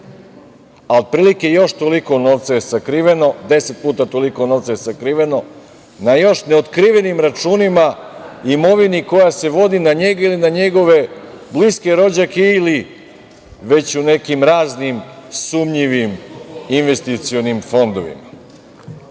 Otprilike, još toliko novca je sakriveno, 10 puta je toliko novca sakriveno na još neotkrivenim računima imovini koja se vodi na njega ili na njegove bliske rođake ili već u nekim raznim sumnjivim investicionim fondovima. Kada